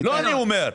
לא אני אומר,